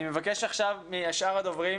אני מבקש עכשיו משאר הדוברים,